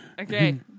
Okay